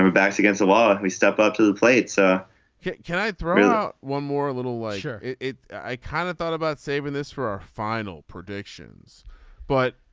um backs against the law. we step up to the plate. so can can i throw you out one more little wager. it i kind of thought about saving this for our final predictions but